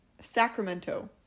Sacramento